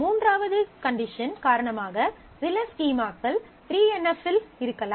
மூன்றாவது கண்டிஷன் காரணமாக சில ஸ்கீமாக்கள் 3என் எஃப் இல் இருக்கலாம்